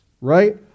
Right